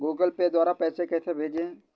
Google Pay द्वारा पैसे कैसे भेजें?